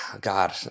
God